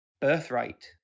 Birthright